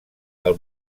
del